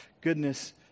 goodness